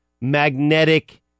magnetic